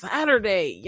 Saturday